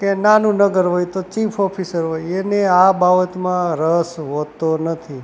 કે નાનું નગર હોય તો ચીફ ઓફિસર હોય એને આ બાબતમાં રસ હોતો નથી